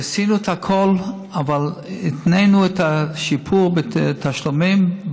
ועשינו את הכול, אבל התנינו את השיפור בתשלומים,